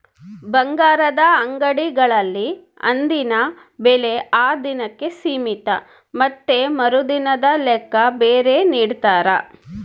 ಬಂಗಾರದ ಅಂಗಡಿಗಳಲ್ಲಿ ಅಂದಿನ ಬೆಲೆ ಆ ದಿನಕ್ಕೆ ಸೀಮಿತ ಮತ್ತೆ ಮರುದಿನದ ಲೆಕ್ಕ ಬೇರೆ ನಿಡ್ತಾರ